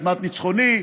אדמת ניצחוני,